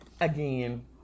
Again